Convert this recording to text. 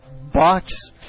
box